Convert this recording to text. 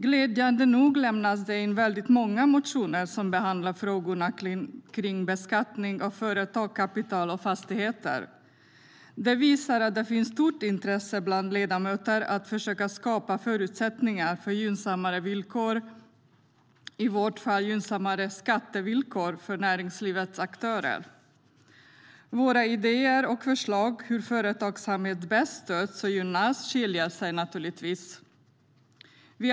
Glädjande nog lämnas det in väldigt många motioner som behandlar frågor om beskattning av företag, kapital och fastigheter. Det visar att det finns ett stort intresse bland ledamöterna att försöka skapa förutsättningar för gynnsammare villkor - i vårt fall gynnsammare skattevillkor - för näringslivets aktörer. Våra idéer för och förslag på hur företagsamhet bäst stöds och gynnas skiljer sig naturligtvis åt.